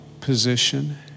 position